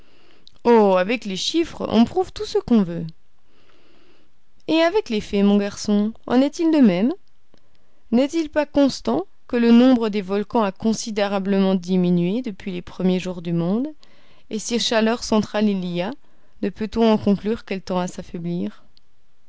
oh avec les chiffres on prouve tout ce qu'on veut et avec les faits mon garçon en est-il de même n'est-il pas constant que le nombre des volcans a considérablement diminué depuis les premiers jours du monde et si chaleur centrale il y a ne peut-on en conclure qu'elle tend à s'affaiblir